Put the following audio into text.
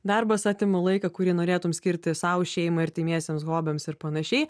darbas atima laiką kurį norėtum skirti sau šeimai artimiesiems hobiams ir panašiai